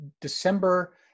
December